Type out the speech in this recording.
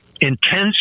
intense